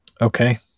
Okay